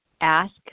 ask